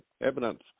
evidence